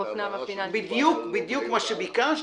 בדיוק מה שביקשת,